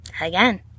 Again